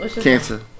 Cancer